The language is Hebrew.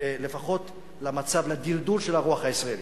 לפחות לדלדול של הרוח הישראלית,